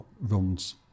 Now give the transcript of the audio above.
runs